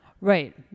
Right